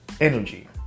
energy